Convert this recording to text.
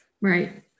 Right